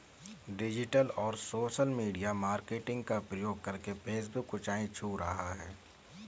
digital और social media marketing का प्रयोग करके फेसबुक ऊंचाई छू रहा है